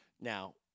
Now